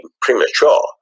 premature